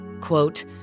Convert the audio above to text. Quote